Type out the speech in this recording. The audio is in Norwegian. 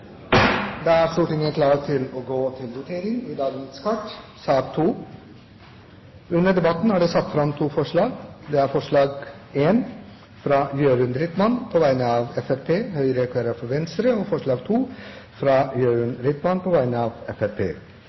da klart til å gå til votering i sakene på dagens kart. I sak nr. 1 foreligger det ikke noe voteringstema. Under debatten er det satt fram to forslag. Det er: forslag nr. 1, fra Jørund Rytman på vegne av Fremskrittspartiet, Høyre, Kristelig Folkeparti og Venstre forslag nr. 2, fra Jørund Rytman på vegne av